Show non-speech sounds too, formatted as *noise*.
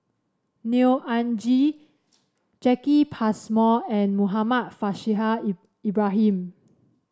Neo Anngee Jacki Passmore and Muhammad Faishal *unintelligible* Ibrahim